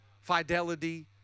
fidelity